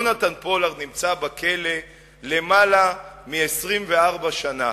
יהונתן פולארד נמצא בכלא למעלה מ-24 שנה.